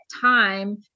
time